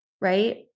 right